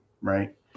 right